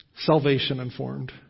salvation-informed